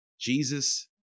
Jesus